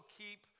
keep